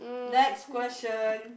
next question